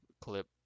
clip